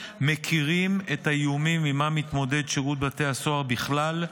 מכירים את האיומים שעימם מתמודד שירות בתי הסוהר בכלל,